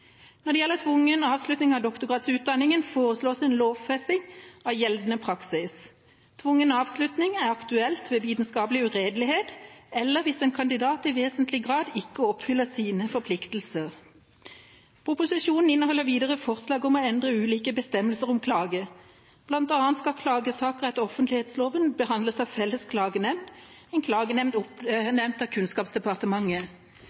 Når det gjelder tvungen avslutning av doktorgradsutdanningen, foreslås en lovfesting av gjeldende praksis. Tvungen avslutning er aktuelt ved vitenskapelig uredelighet eller hvis en kandidat i vesentlig grad ikke oppfyller sine forpliktelser. Proposisjonen inneholder videre forslag om å endre ulike bestemmelser om klage, bl.a. skal klagesaker etter offentlighetsloven behandles av Felles klagenemnd, en klagenemnd